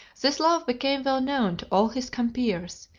this love became well known to all his compeers,